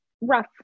rough